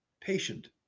patient